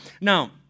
Now